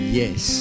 yes